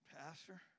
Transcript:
Pastor